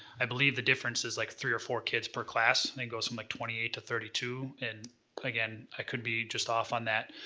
i believe the difference is like three or four kids per class. and it goes from like twenty eight to thirty two, and again, i could be just off on that.